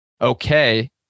Okay